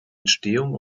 entstehung